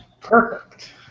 Perfect